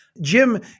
Jim